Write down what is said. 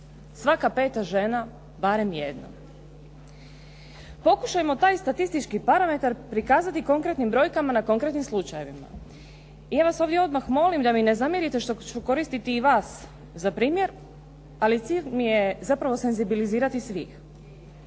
Svaka peta žena barem jednom. Pokušajmo taj statistički barometar prikazati konkretnim brojkama na konkretnim slučajevima. Ja vas ovdje odmah molim da mi ne zamjerite što ću koristiti i vas za primjer, ali cilj mi je zapravo senzibilizirati svih.